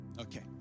Okay